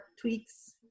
tweaks